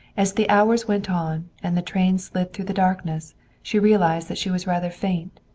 as the hours went on and the train slid through the darkness she realized that she was rather faint.